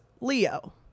Leo